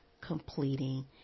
completing